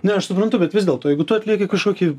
ne aš suprantu bet vis dėlto jeigu tu atlieki kažkokį